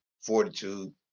fortitude